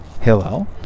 Hello